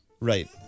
Right